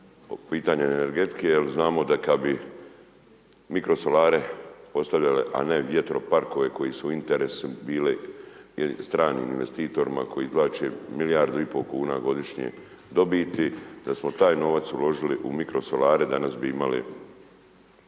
pitanju energetike jer znamo da kad bi mikrosolare postavljali a ne vjetroparkove koji su i interesu bili stranim investitorima koji izvlače milijardu i pol kuna godišnje dobiti, da smo taj novac uložili u mikrosolare, danas bi imali